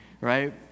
right